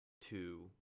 two